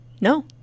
No